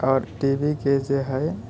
आओर टीवीके जे हय